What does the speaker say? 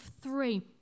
three